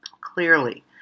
clearly